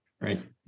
right